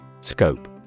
Scope